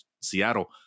Seattle